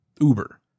Uber